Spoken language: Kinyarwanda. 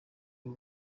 w’u